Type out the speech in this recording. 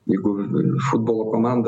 jeigu futbolo komandoj vienas